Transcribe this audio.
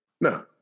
no